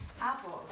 Apples